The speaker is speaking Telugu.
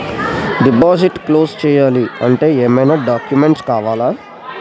డిపాజిట్ క్లోజ్ చేయాలి అంటే ఏమైనా డాక్యుమెంట్స్ కావాలా?